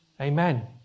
amen